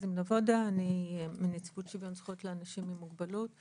אני מנציבות שוויון זכויות לאנשים עם מוגבלות.